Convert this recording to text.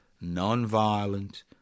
non-violent